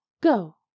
Go